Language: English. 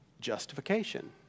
justification